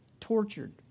tortured